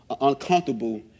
uncomfortable